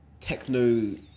techno